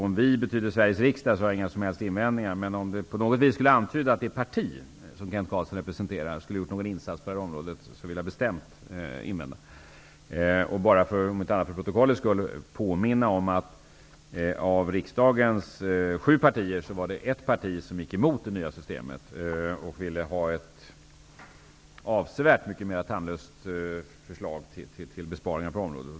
Om ''vi'' betyder Sveriges riksdag har jag inga som helst invändningar, men om det på något sätt skulle antyda att det parti som Kent Carlsson representerar har gjort någon insats på det här området vill jag bestämt invända. Jag vill, om inte annat så för protokollets skull, påminna om att det var ett parti av riksdagens sju partier som gick emot det nya systemet och hade ett avsevärt mycket mera tandlöst förslag till besparingar på området.